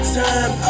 time